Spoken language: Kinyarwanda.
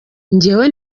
njyewe